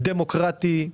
דמוקרטי,